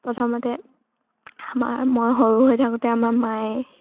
প্ৰথমতে আমাৰ মই সৰু হৈ থাকোঁতে আমাৰ মায়ে